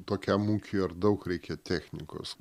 tokiam ūkiui ar daug reikia technikos